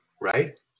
right